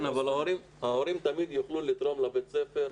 כן, אבל ההורים תמיד יוכלו לתרום לבית הספר.